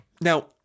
now